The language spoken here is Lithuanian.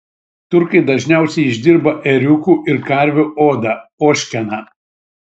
turkai dažniausiai išdirba ėriukų ir karvių odą ožkeną